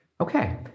Okay